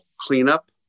cleanup